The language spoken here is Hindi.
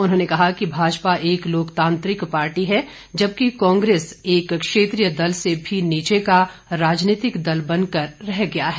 उन्होंने कहा कि भाजपा एक लोकतांत्रिक पार्टी है जबकि कांग्रेस एक क्षेत्रीय दल से भी नीचे का राजनीतिक दल बन कर रह गया है